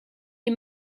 les